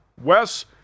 Wes